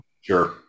sure